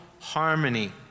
harmony